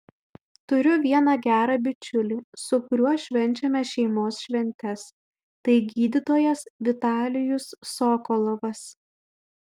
turiu vieną gerą bičiulį su kuriuo švenčiame šeimos šventes tai gydytojas vitalijus sokolovas